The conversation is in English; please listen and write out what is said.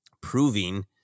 proving